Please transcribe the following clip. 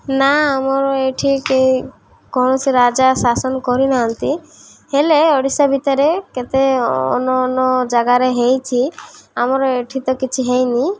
ନା ଆମର ଏଠି କେହି କୌଣସି ରାଜା ଶାସନ କରିନାହାନ୍ତି ହେଲେ ଓଡ଼ିଶା ଭିତରେ କେତେ ଅନ୍ୟ ଅନ୍ୟ ଜାଗାରେ ହେଇଛି ଆମର ଏଠି ତ କିଛି ହେଇନି